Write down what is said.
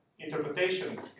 Interpretation